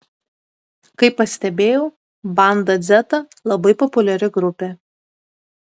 kaip pastebėjau banda dzeta labai populiari grupė